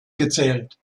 gezählt